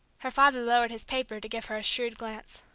her father lowered his paper to give her a shrewd glance.